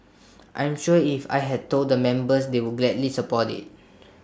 I'm sure if I had told the members they would gladly support IT